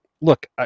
look